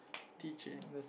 teaching